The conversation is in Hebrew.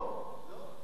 לא, יש פריימריז.